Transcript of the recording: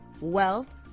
wealth